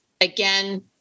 again